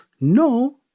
no